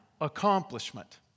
accomplishment